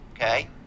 okay